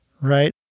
right